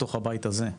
בתוך הבית הזה,